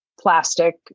plastic